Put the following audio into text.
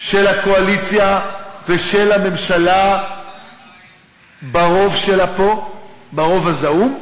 של הקואליציה ושל הממשלה ברוב שלה פה, ברוב הזעום,